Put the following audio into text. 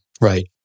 Right